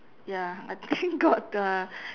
ya I think got the